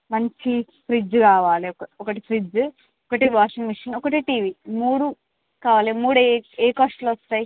మంచి ఫ్రిడ్జ్ కావాలి ఒకటి ఫ్రిడ్జ్ ఒకటి వాషింగ్ మెషిన్ ఒకటి టీవీ ఈ మూడు కావాలి మూడు ఏ ఏ కాస్ట్లో వస్తాయి